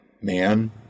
man